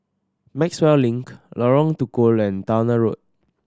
Maxwell Link Lorong Tukol and Towner Road